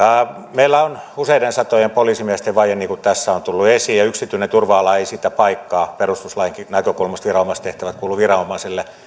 meillä on useiden satojen poliisimiesten vaje niin kuin tässä on tullut esiin ja yksityinen turva ala ei sitä paikkaa perustuslainkin näkökulmasta viranomaistehtävät kuuluvat viranomaisille